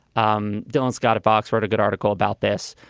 um don't. scott at fox wrote a good article about this.